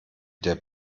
der